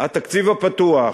התקציב הפתוח.